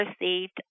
received